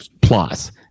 plus